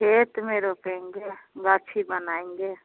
खेत में रोपेंगे गांछी बनाएँगे